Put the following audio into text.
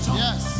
yes